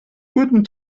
guten